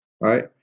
right